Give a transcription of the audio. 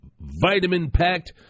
vitamin-packed